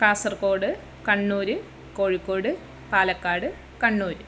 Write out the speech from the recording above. Kasaragod Kannur Kozhikode Palakkad Kannur